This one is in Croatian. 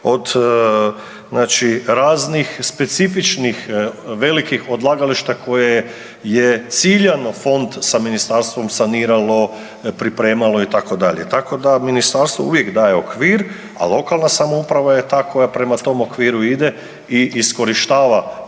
raznih specifičnih velikih odlagališta koje je ciljano fond sa ministarstvom saniralo, pripremalo itd., tako da ministarstvo uvijek daje okvir, a lokalna samouprava je ta koja prema tom okviru ide i iskorištava